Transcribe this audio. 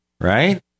Right